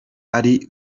ari